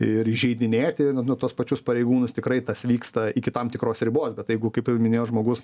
ir įžeidinėti tuos pačius pareigūnus tikrai tas vyksta iki tam tikros ribos bet jeigu kaip minėjo žmogus